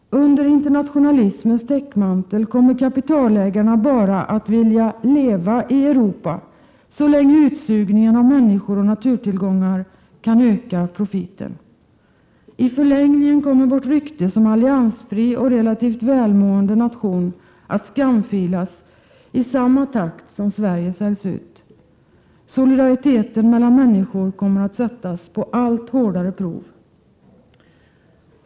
Under internationalismens täckmantel kommer kapitalägarna bara att vilja ”leva i Europa” så länge utsugningen av människor och naturtillgångar kan öka profiten. I förlängningen kommer vårt rykte som alliansfri och relativt välmående nation att skamfilas i samma takt som Sverige säljs ut. Solidariteten mellan människor kommer att sättas på allt hårdare prov.